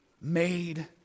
made